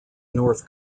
north